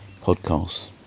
podcasts